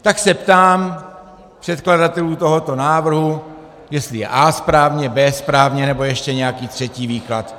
Tak se ptám předkladatelů tohoto návrhu, jestli je A správně, B správně, nebo je ještě nějaký třetí výklad.